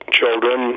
children